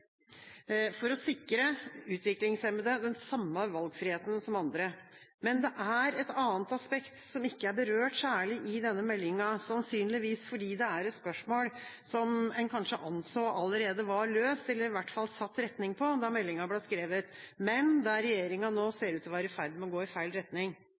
for å sikre utviklingshemmede den samme valgfriheten som andre. Men det er et annet aspekt som ikke er særlig berørt i denne meldinga, sannsynligvis fordi det er et spørsmål som en kanskje anså allerede var løst, eller iallfall satt retning på, da meldinga ble skrevet, men der regjeringa nå ser ut til å være i ferd med å gå i feil retning.